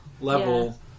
level